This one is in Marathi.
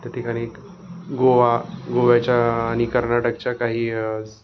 त्या ठिकाणी गोवा गोव्याच्या आणि कर्नाटकच्या काही